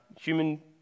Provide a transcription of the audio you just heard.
human